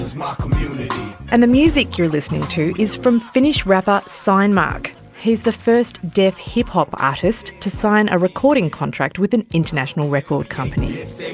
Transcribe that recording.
and the music you're listening to is from finnish rapper signmark, he's the first deaf hip hop artist to sign a recording contract with an international record company.